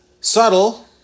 subtle